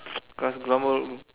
cause global